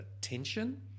tension